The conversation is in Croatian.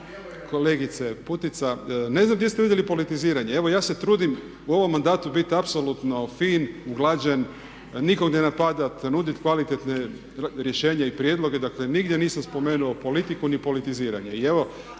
kolegice Putica ne znam gdje ste vidjeli politiziranje. Evo ja se trudim u ovom mandatu biti apsolutno fin, uglađen, nikog ne napadati, nuditi kvalitetna rješenja i prijedloge. Dakle, nigdje nisam spomenuo politiku ni politiziranje. I evo